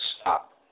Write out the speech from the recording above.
stop